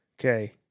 Okay